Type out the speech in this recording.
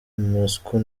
moscou